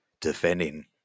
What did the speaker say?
defending